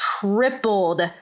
tripled